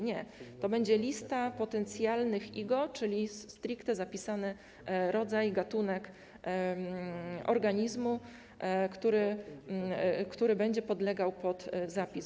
Nie, to będzie lista potencjalnych IGO, czyli stricte zapisany rodzaj, gatunek organizmu, który będzie podlegał przepisom.